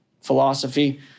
philosophy